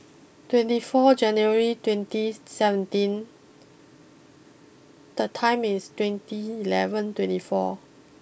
twenty four January twenty seventeen the time is twenty eleven twenty four